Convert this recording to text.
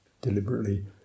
deliberately